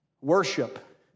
worship